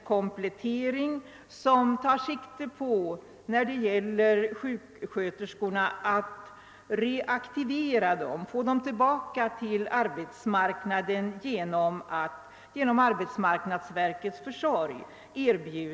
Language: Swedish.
Kompletteringen tar för sjuksköterskornas del sikte på att få vederbörande tillbaka till arbetsmarknaden genom <arbetsmarknadsverkets försorg.